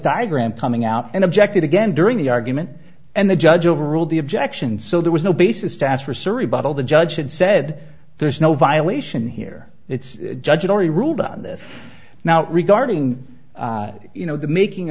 diagram coming out and objected again during the argument and the judge overruled the objection so there was no basis to ask for surrebuttal the judge had said there's no violation here it's judge already ruled on this now regarding you know the making